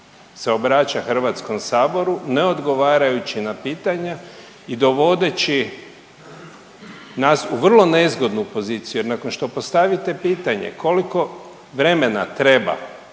se obraća HS-u ne odgovarajući na pitanja i dovodeći nas u vrlo nezgodnu poziciju jer nakon što postavite pitanje koliko vremena treba